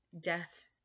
death